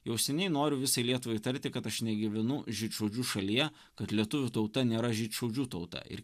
jau seniai noriu visai lietuvai tarti kad aš negyvenu žydšaudžių šalyje kad lietuvių tauta nėra žydšaudžių tauta ir